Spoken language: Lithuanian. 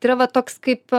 tai yra va toks kaip